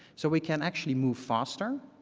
so we can actually move faster